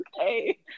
Okay